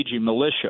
militia